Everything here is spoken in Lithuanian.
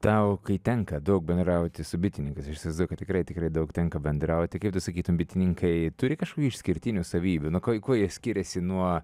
tau kai tenka daug bendrauti su bitininkais aš įsivaizduoju kad tikrai tikrai daug tenka bendrauti kaip tu sakytum bitininkai turi kažkokių išskirtinių savybių nu kuo kuo jie skiriasi nuo